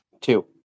two